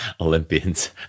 Olympians